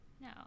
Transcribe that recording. no